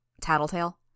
Tattletale